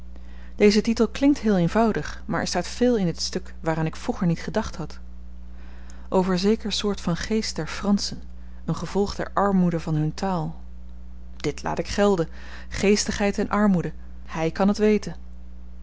deze titel klinkt heel eenvoudig maar er staat veel in dit stuk waaraan ik vroeger niet gedacht had over zeker soort van geest der franschen een gevolg der armoede van hun taal dit laat ik gelden geestigheid en armoede hy kan het weten